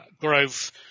growth